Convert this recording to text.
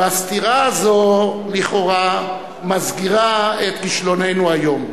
והסתירה הזו לכאורה מסגירה את כישלוננו היום.